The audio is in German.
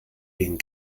den